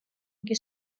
იგი